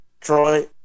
Troy